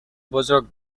بزرگ